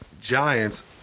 Giants